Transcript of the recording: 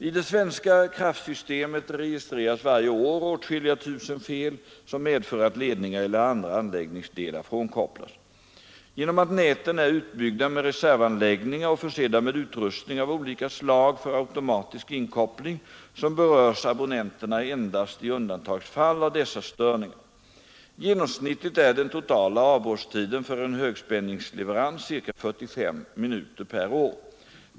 I det svenska kraftsystemet registreras varje år åtskilliga tusen fel som medför att ledningar eller andra anläggningsdelar frånkopplas. Genom att näten är utbyggda med reservanläggningar och försedda med utrustning av olika slag för automatisk inkoppling berörs abonnenterna endast i undantagsfall av dessa störningar. Genomsnittligt är den totala avbrottstiden för en högspänningsleverans ca 45 minuter per år.